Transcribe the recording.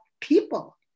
people